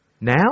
now